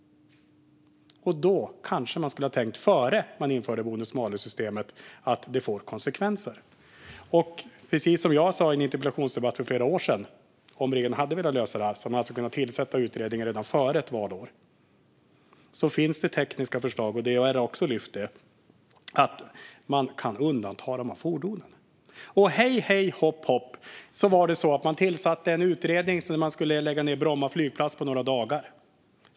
Då kunde man ha tänkt innan man införde bonus malus-systemet att detta får konsekvenser. Precis som jag sa i en interpellationsdebatt för flera år sedan hade regeringen om man velat lösa detta kunnat tillsätta en utredning redan före ett valår. Som jag har lyft fram finns det tekniska förslag om att man kan undanta dessa fordon. Hej, hej, hopp, hopp tillsatte regeringen på bara några dagar en utredning om att lägga ned Bromma flygplats.